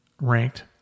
ranked